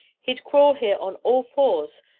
he'd crawl here on all fours,